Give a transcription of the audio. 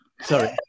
Sorry